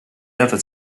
ever